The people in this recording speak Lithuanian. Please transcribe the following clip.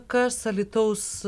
kas alytaus